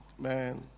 Man